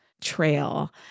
trail